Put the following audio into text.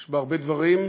יש הרבה דברים,